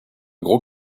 gros